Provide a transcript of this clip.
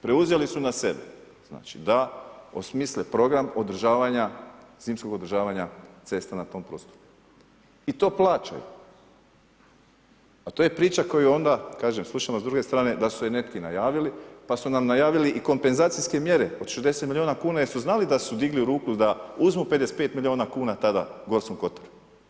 Preuzeli su na sebe, znači da osmisle program održavanja zimskog održavanja cesta na tom prostoru i to plaćaju, a to je priča koju onda, kažem, slušam vas s druge strane, da su ju neki najavili, pa su nam najavili i kompenzacijske mjere od 60 milijuna kn jer su znali da su digli ruku, da uzmu 55 milijuna kn tada Gorskom kotaru.